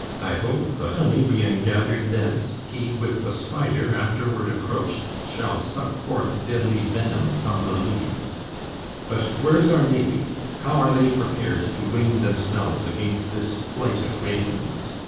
i hope, the honey being gathered thence, he, with the spider, afterward approached, shall suck forth deadly venom from the leaves but where's our navy? how are they prepared to wing them selves against this flight of ravens?